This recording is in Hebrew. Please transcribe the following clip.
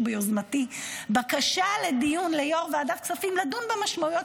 ביוזמתי בקשה לדיון ליו"ר ועדת כספים לדון במשמעויות